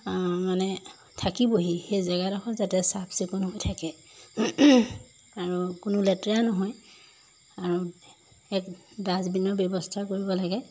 মানে থাকিবহি সেই জেগাডখৰ যাতে চাফ চিকুণ হৈ থাকে আৰু কোনো লেতেৰা নহয় আৰু এক ডাষ্টবিনৰ ব্যৱস্থা কৰিব লাগে